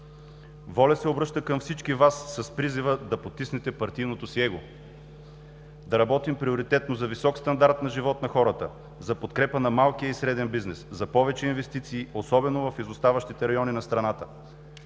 „Воля“ се обръща към всички Вас с призива да потиснете партийното си его, да работим приоритетно за висок стандарт на живот на хората, за подкрепа на малкия и среден бизнес, за повече инвестиции, особено в изоставащите райони на страната.